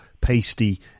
pasty